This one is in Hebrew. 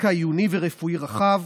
רקע עיוני ורפואי רחב,